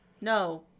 No